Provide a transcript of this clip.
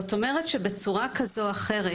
כלומר בצורה כזו או אחרת,